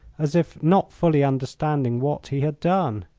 as if not fully understanding what he had done.